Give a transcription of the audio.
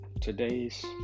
today's